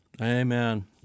Amen